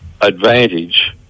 advantage